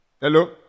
Hello